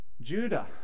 Judah